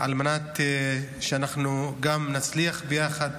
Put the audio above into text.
על מנת שאנחנו גם נצליח ביחד